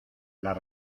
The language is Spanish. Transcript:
las